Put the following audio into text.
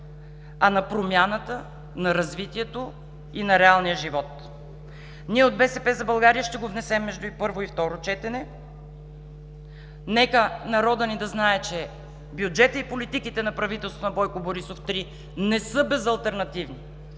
а на промяната, на развитието и на реалния живот. От „БСП за България“ ще го внесем между първо и второ четене. Нека народът ни да знае, че бюджетът и политиките на правителството на Бойко Борисов 3 не са безалтернативни.